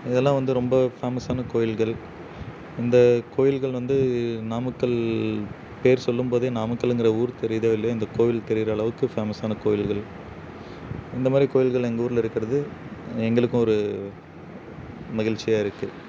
இதெல்லாம் வந்து ரொம்ப ஃபேமஸான கோயில்கள் இந்தக் கோயில்கள் வந்து நாமக்கல் பேர் சொல்லும்போதே நாமக்கலுங்கற ஊர் தெரியுதோ இல்லையோ இந்தக் கோயில் தெரிகிற அளவுக்கு ஃபேமஸான கோயில்கள் இந்த மாதிரி கோயில்கள் எங்கள் ஊரில் இருக்கிறது எங்களுக்கும் ஒரு மகிழ்ச்சியா இருக்குது